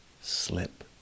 slip